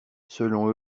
selon